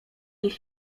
ich